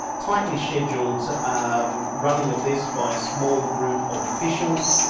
tightly scheduled um running of this by a small group of officials,